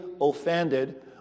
offended